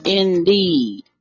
indeed